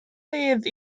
fedd